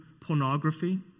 pornography